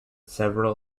several